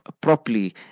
properly